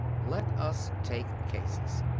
let us take cases.